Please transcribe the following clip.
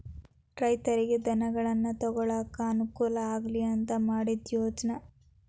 ರೈತರಿಗೆ ಧನಗಳನ್ನಾ ತೊಗೊಳಾಕ ಅನಕೂಲ ಆಗ್ಲಿ ಅಂತಾ ಮಾಡಿದ ಯೋಜ್ನಾ